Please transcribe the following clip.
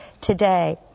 today